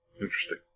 Interesting